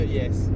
yes